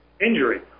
injury